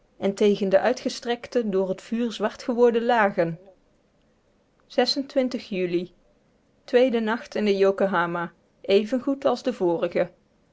en tegen de uitgegestrekte door het vuur zwart geworden lagen juli tweede nacht in de yokohama even goed als de vorige